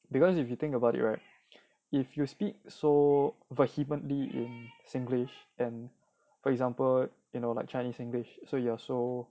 because if you think about it right if you speak so vehemently in singlish and for example you know like chinese english so you are so